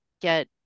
get